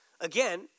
again